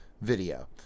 video